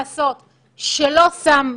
את כל מה שאנחנו יכולים לעשות שלא שם מגבלות